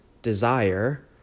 desire